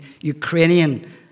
ukrainian